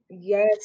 Yes